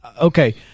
Okay